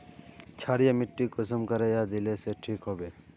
क्षारीय माटी कुंसम करे या दिले से ठीक हैबे?